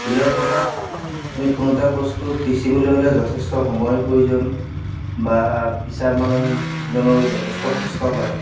শিলৰ পতাত আমি কোনো এটা বস্তু পিচিবলৈ হ'লে যথেষ্ট সময়ৰ প্ৰয়োজন বা পিছা মানুহজনৰো যথেষ্ট কষ্ট হয়